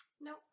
No